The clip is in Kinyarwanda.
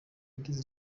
ageza